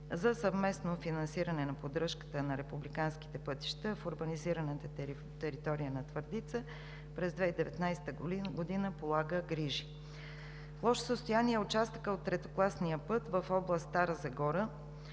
за съвместно финансиране на поддръжката на републиканските пътища в урбанизираната територия на Твърдица през 2019 г. В лошо състояние е участъкът от третокласния път в област Стара Загора,